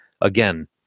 Again